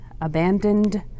abandoned